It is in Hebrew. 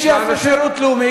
שיעשו שירות לאומי.